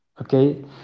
Okay